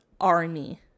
army